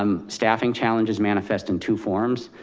um staffing challenges manifest in two forms.